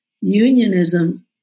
unionism